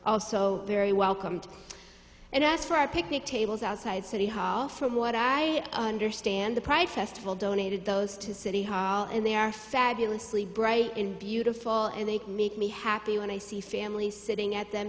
also very welcomed and asked for a picnic tables outside city hall from what i understand the pride festival donated those to city hall and they are fabulous lee bright and beautiful and they make me happy when i see families sitting at them